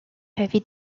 heavy